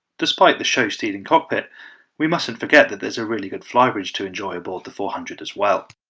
despite the show stealing cockpit we mustn't forget that there's a really good fly bridge to enjoy aboard the four hundred as well